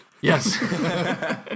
Yes